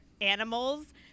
animals